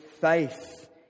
faith